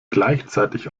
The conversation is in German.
gleichzeitig